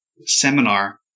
seminar